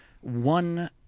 one